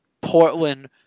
Portland